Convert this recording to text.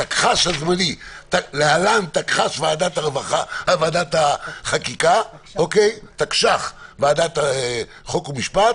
בתקש"ח הזמני (להלן תקש"ח ועדת החוקה, חוק ומשפט)